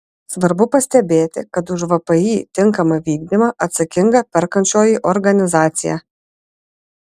svarbu pastebėti kad už vpį tinkamą vykdymą atsakinga perkančioji organizacija